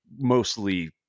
mostly